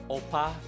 Opa